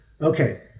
Okay